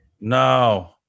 No